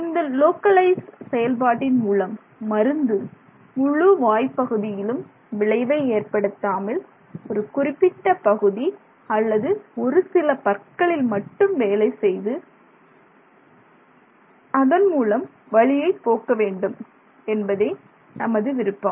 இந்த லோக்கலைஸ் செயல்பாட்டின் மூலம் மருந்து முழு வாய் பகுதியிலும் விளைவை ஏற்படுத்தாமல் ஒரு குறிப்பிட்ட பகுதி அல்லது ஒரு ஒரு சில பற்களில் மட்டும் வேலை செய்து அதன்மூலம் வலியை போக்க வேண்டும் என்பதை நமது விருப்பம்